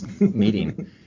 meeting